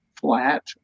flat